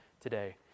today